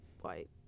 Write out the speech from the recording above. white